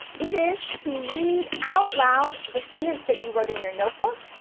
it is to read out loud the sentence that you wrote in your notebook,